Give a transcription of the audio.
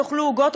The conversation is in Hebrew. תאכלו עוגות",